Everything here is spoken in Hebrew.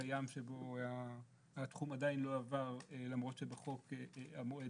ועדת הבריאות תקנות שיהיו עתידות להיכנס לתוקף בחודש אוגוסט.